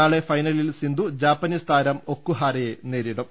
നാളെ ഫൈന ലിൽ സിന്ധു ജാപ്പനീസ് താരം ഒക്കുഹാരയെ നേരിടും